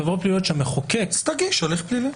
אלה עבירות פליליות שהמחוקק --- אז תגיש הליך פלילי.